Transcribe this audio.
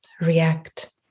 react